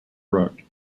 rook